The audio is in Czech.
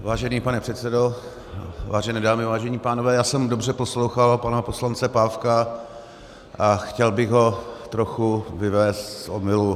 Vážený pane předsedo, vážené dámy, vážení pánové, já jsem dobře poslouchal pana poslance Pávka a chtěl bych ho trochu vyvést z omylu.